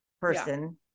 person